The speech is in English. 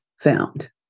found